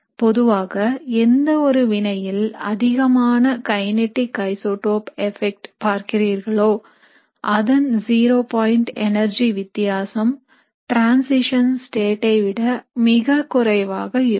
பொதுவாக எந்த ஒரு வினையில் அதிகமான கைநீட்டிக் ஐசோடோப் எபெக்ட் பார்க்கிறீர்களோ அதன் ஜீரோ பாயிண்ட் எனர்ஜி வித்தியாசம் டிரன்சிஷன் state ஐ விட மிக குறைவாக இருக்கும்